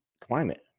climate